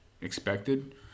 expected